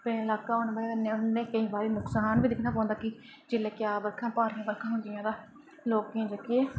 plain लाका होने दी वजह् कन्नै नुकसान बी दिक्खना पौंदा की जेल्लै क्या बर्खा होंदियां तां लोकें ई जेह्कियां